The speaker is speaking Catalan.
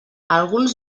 alguns